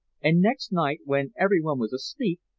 and next night, when everyone was asleep,